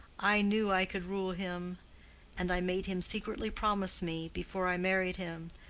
i knew i could rule him and i made him secretly promise me, before i married him,